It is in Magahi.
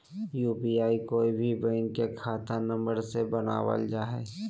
यू.पी.आई कोय भी बैंक के खाता नंबर से बनावल जा हइ